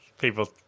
people